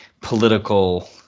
political